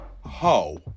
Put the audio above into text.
ho